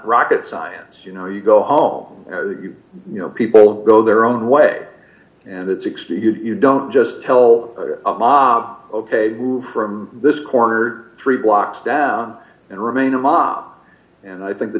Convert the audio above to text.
rocket science you know you go home you know people go their own way and it's sixty you don't just tell op ok move from this corner three blocks down and remain a mop and i think th